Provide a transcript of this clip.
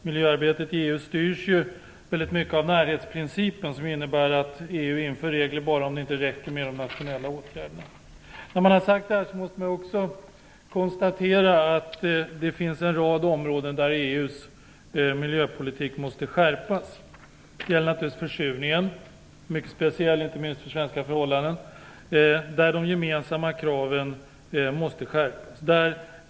Miljöarbetet i EU styrs väldigt mycket av närhetsprincipen, som innebär att EU inför regler bara om det inte räcker med de nationella åtgärderna. När man har sagt detta måste man också konstatera att det finns en rad områden där EU:s miljöpolitik måste skärpas. För det första gäller det försurningen. Den är mycket speciell, inte minst för svenska förhållanden. De gemensamma kraven måste skärpas.